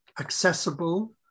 accessible